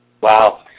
Wow